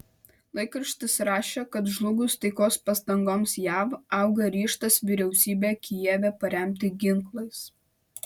laikraštis rašė kad žlugus taikos pastangoms jav auga ryžtas vyriausybę kijeve paremti ginklais